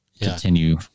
continue